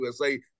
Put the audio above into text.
USA